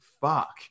fuck